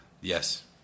Yes